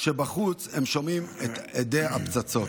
כשבחוץ הם שומעים את הדי ההפצצות.